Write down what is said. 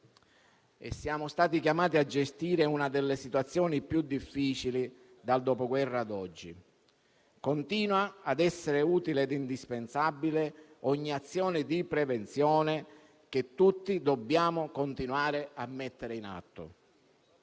Siamo stati chiamati a gestire una delle situazioni più difficili dal Dopoguerra a oggi. Continua ad essere utile e indispensabile ogni azione di prevenzione, che tutti dobbiamo continuare a mettere in atto.